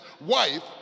wife